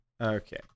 Okay